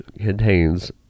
contains